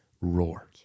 roar